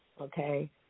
okay